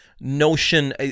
notion